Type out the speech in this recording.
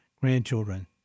grandchildren